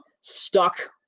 stuck